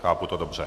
Chápu to dobře?